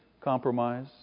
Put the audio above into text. compromise